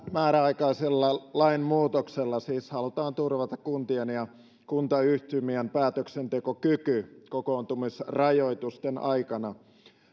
määräaikaisella lainmuutoksella siis halutaan turvata kuntien ja kuntayhtymien päätöksentekokyky kokoontumisrajoitusten aikana